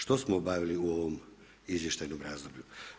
Što smo obavili u ovom izvještajnom razdoblju?